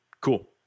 Cool